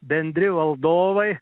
bendri valdovai